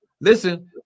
listen